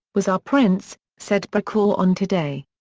was our prince, said brokaw on today.